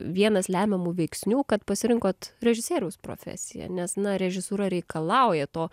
vienas lemiamų veiksnių kad pasirinkot režisieriaus profesiją nes na režisūra reikalauja to